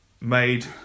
Made